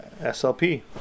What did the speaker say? SLP